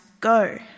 Go